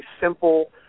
simple